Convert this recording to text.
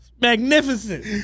Magnificent